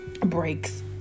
breaks